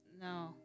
No